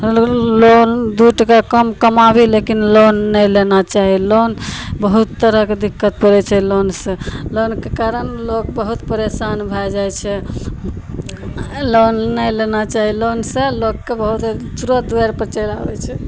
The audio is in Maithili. लोन लोन दुइ तक कम कमाबय लेकिन लोन नहि लेना चाही लोन बहुत तरहके दिक्कत करय छै लोनसँ लोनके कारण लोग बहुत परेशान भए जाइ छै